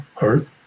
hurt